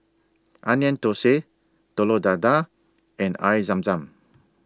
Onion Thosai Telur Dadah and Air Zam Zam